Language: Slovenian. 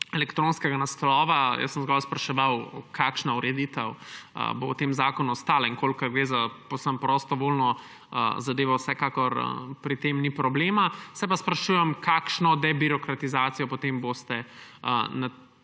elektronskega naslova. Jaz sem zgolj spraševal, kakšna ureditev bo v tem zakonu ostala. In če gre za povsem prostovoljno zadevo, vsekakor pri tem ni problema. Se pa sprašujem, kakšno debirokratizacijo potem boste na